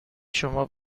شما